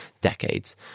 decades